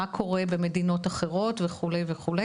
מה קורה במדינות אחרות וכדומה.